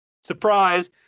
Surprise